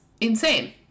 insane